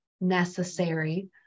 necessary